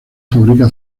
fabrica